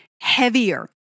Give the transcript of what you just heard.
heavier